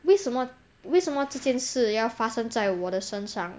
为什么为什么这件事要发生在我的身上